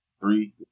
three